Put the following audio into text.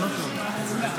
בבקשה,